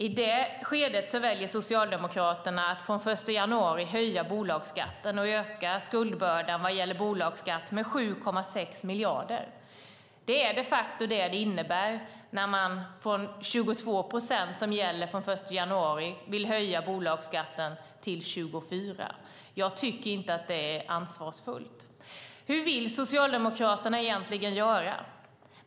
I det skedet väljer Socialdemokraterna att från den 1 januari höja bolagsskatten och öka skuldbördan vad gäller bolagsskatten med 7,6 miljarder. Det är de facto det som det innebär när man från 22 procent, som gäller från den 1 januari, vill höja bolagsskatten till 24 procent. Jag tycker inte att det är ansvarsfullt. Hur vill Socialdemokraterna egentligen göra?